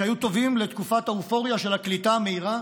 שהיו טובים לתקופת האופוריה של הקליטה המהירה